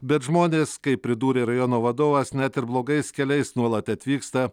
bet žmonės kaip pridūrė rajono vadovas net ir blogais keliais nuolat atvyksta